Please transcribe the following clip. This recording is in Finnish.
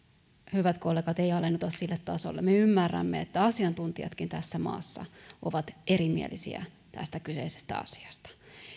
hyvät kollegat ei alennuta sille tasolle me ymmärrämme että asiantuntijatkin tässä maassa ovat erimielisiä tästä kyseisestä asiasta